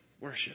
Worship